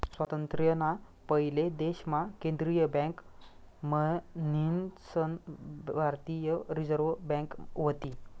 स्वातंत्र्य ना पयले देश मा केंद्रीय बँक मन्हीसन भारतीय रिझर्व बँक व्हती